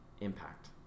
impact